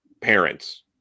parents